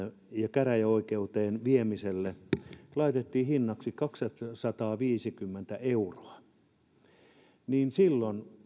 käräjäoikeuteen viemiselle laitettiin hinnaksi kaksisataaviisikymmentä euroa niin silloin